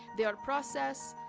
they are process,